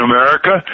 America